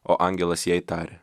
o angelas jai tarė